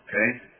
Okay